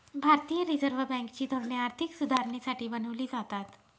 भारतीय reserve bank ची धोरणे आर्थिक सुधारणेसाठी बनवली जातात